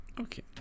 Okay